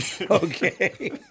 Okay